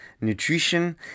nutrition